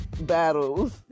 battles